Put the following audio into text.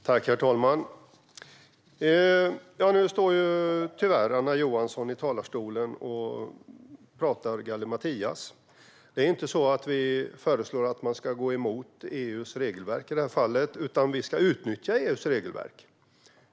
Herr talman! Nu står tyvärr Anna Johansson i talarstolen och pratar gallimatias. Sverigedemokraterna föreslår inte att vi ska gå emot EU:s regelverk i det här fallet utan att vi ska utnyttja EU:s regelverk.